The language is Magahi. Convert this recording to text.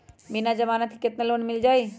बिना जमानत के केतना लोन मिल जाइ?